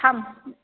थाम